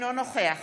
אינו נוכח